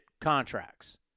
contracts